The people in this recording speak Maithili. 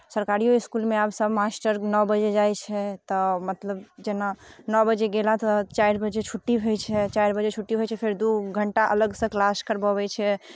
सरकारियो इस्कुलमे आब सभ मास्टर नओ बजे जाइ छै तऽ मतलब जेना नओ बजे गेला से चारि बजे छुट्टी होइ छै आ चारि बजे छुट्टी होइ छै फेर दू घंटा अलगसँ क्लास करवबैत छै